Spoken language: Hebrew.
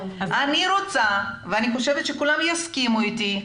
אני רוצה, ואני חושבת שכולם יסכימו אתי,